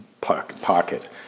pocket